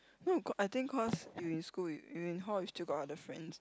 no I think cause you in school you in hall still got other friends